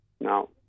Now